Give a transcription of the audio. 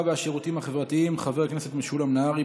והשירותים החברתיים חבר הכנסת משולם נהרי.